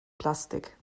plastik